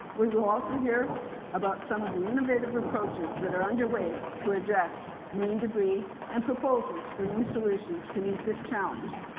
we will also hear about some of the innovative approaches that are underway to address marine debris and proposals for new solutions to meet this challenge.